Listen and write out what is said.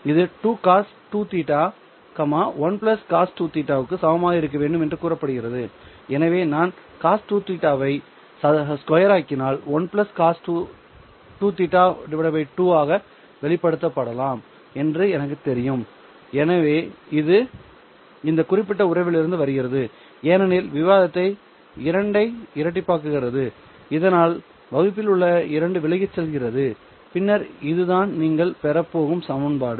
இது 2 cos2 θ 1 cos 2θ க்கு சமமாக இருக்க வேண்டும் என்று கூறுகிறது எனவே நான் cos2 θ ஐ சதுரமாக்கினால் 1 cos2θ 2 ஆக வெளிப்படுத்தப்படலாம் என்று எனக்குத் தெரியும் எனவே இது இந்த குறிப்பிட்ட உறவிலிருந்து வருகிறது ஏனெனில் விவாதம் 2 ஐ இரட்டிப்பாக்குகிறது இதனால் வகுப்பில் உள்ள 2 விலகிச் செல்கிறது பின்னர் இதுதான் நீங்கள் பெறப் போகும் சமன்பாடு